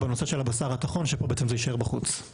בנושא של הבשר הטחון שבעצם זה יישאר בחוץ,